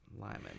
lyman